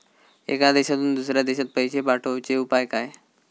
एका देशातून दुसऱ्या देशात पैसे पाठवचे उपाय काय?